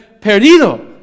perdido